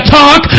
talk